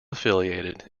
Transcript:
affiliated